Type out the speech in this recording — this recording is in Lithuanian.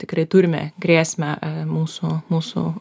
tikrai turime grėsmę mūsų mūsų